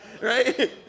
Right